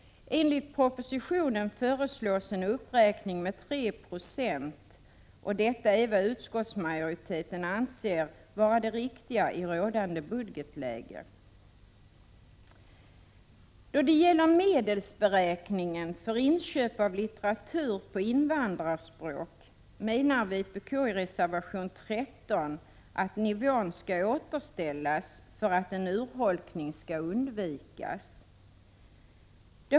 I propositionen föreslås en uppräkning med 3 90, och detta är vad utskottsmajoriteten anser vara det riktiga i rådande budgetläge. Då det gäller medelsberäkning för inköp av litteratur på invandrarspråk menar vpk i reservation 13 att nivån skall återställas för att en urholkning skall undvikas.